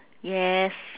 yes